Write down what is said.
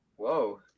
Whoa